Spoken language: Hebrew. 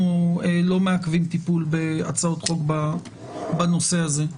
אנחנו לא מעכבים טיפול בהצעות חוק בנושא הזה.